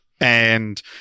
And-